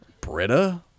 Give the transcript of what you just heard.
Britta